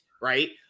right